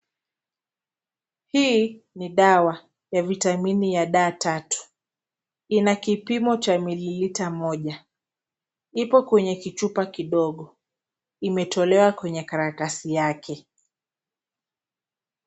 Hii ni dawa ya vitamini ya D 3 ina kipimo cha mililita moja, ipo kwenye kichupa kidogo, imetolewa kwenye karatasi yake.